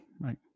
right